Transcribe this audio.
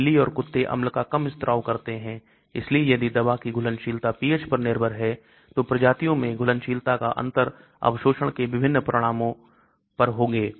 बिल्ली और कुत्ते अम्ल का कम स्त्राव करते हैं इसलिए यदि दवा की घुलनशीलता pH पर निर्भर है तो प्रजातियों में घुलनशीलता का अंतर अवशोषण के विभिन्न परिणाम होंगे